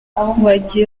abahanzi